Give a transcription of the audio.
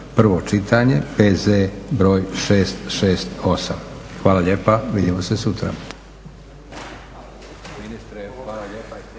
prvo čitanje, P.Z. br. 668. Hvala lijepa, vidimo se sutra.